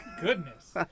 Goodness